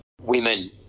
women